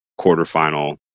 quarterfinal